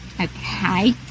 okay